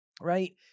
right